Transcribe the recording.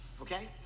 Okay